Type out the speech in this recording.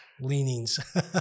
leanings